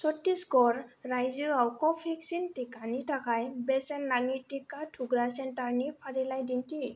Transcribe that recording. छट्टिसगड़ रायजोआव क'भेक्सिन टिकानि थाखाय बेसेन नाङि टिका थुग्रा सेन्टारनि फारिलाइ दिन्थि